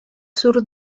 sur